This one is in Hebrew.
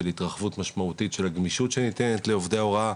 של התרחבות משמעותית של הגמישות שניתנת לעובדי ההוראה,